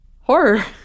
horror